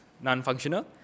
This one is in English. non-functional